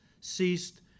ceased